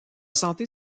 santé